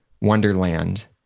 Wonderland